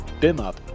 BIMUP